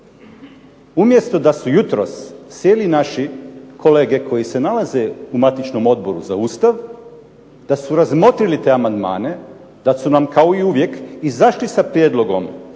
Umjesto da su jutros sjeli naši kolege koji se nalaze u matičnom Odboru za Ustav, da su razmotrili te amandmane, da su nam kao i uvijek izašli sa prijedlogom